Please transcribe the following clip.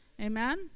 amen